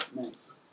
Nice